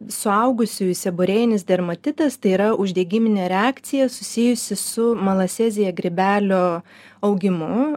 suaugusiųjų seborėjinis dermatitas tai yra uždegiminė reakcija susijusi su malasezija grybelio augimu